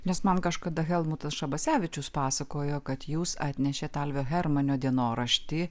nes man kažkada helmutas šabasevičius pasakojo kad jūs atnešėt alvio hermanio dienoraštį